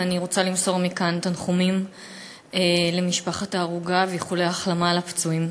ואני רוצה למסור מכאן תנחומים למשפחת ההרוגה ואיחולי החלמה לפצועים.